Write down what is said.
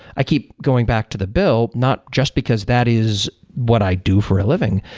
i keep going back to the bill not just because that is what i do for a living,